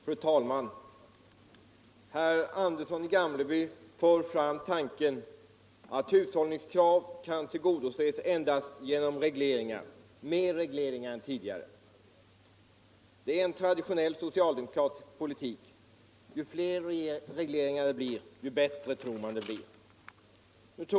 Fru talman! Herr Andersson i Gamleby för fram tanken att hushållningskrav kan tillgodoses endast genom fler regleringar än tidigare. Det är en traditionell socialdemokratisk politik. Ju fler regleringarna blir, ju bättre tror man att förhållandena är.